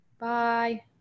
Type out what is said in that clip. Bye